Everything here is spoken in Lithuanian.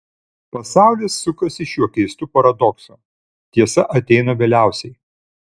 pasaulis sukasi šiuo keistu paradoksu tiesa ateina vėliausiai